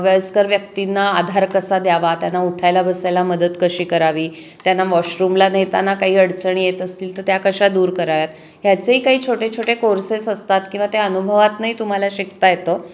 वयस्कर व्यक्तींना आधार कसा द्यावा त्यांना उठायला बसायला मदत कशी करावी त्यांना वॉशरूमला नेताना काही अडचणी येत असतील तर त्या कशा दूर कराव्यात ह्याचेही काही छोटे छोटे कोर्सेस असतात किंवा त्या अनुभवातनही तुम्हाला शिकता येतं